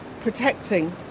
protecting